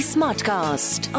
Smartcast